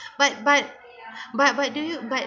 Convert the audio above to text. but but but but do you but